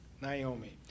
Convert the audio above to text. Naomi